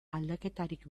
aldaketarik